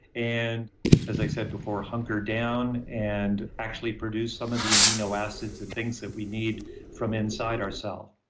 and as i said before, hunker down and actually produce some of the amino acids and things that we need from inside our cell.